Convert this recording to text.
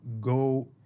go